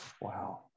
Wow